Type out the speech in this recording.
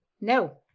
No